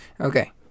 Okay